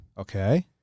Okay